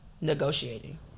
negotiating